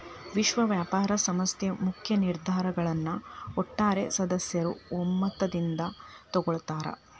ವಿಶ್ವ ವ್ಯಾಪಾರ ಸಂಸ್ಥೆ ಮುಖ್ಯ ನಿರ್ಧಾರಗಳನ್ನ ಒಟ್ಟಾರೆ ಸದಸ್ಯರ ಒಮ್ಮತದಿಂದ ತೊಗೊಳ್ತಾರಾ